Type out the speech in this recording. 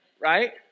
Right